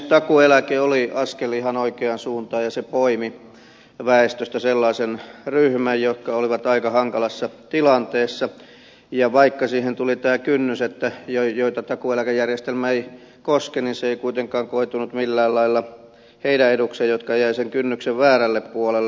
takuueläke oli askel ihan oikeaan suuntaan ja se poimi väestöstä sellaisen ryhmän joka oli aika hankalassa tilanteessa ja vaikka siihen tuli tämä kynnys niistä joita takuueläkejärjestelmä ei koske niin se ei kuitenkaan koitunut millään lailla heidän edukseen jotka jäivät sen kynnyksen väärälle puolelle